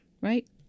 right